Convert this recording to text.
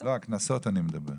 לא, קנסות אני מדבר.